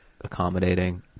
accommodating